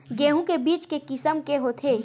गेहूं के बीज के किसम के होथे?